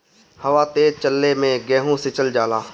हवा तेज चलले मै गेहू सिचल जाला?